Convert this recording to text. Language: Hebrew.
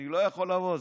אני לא יכול לבוא.